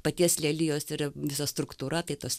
paties lelijos yra visa struktūra tai tas